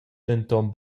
denton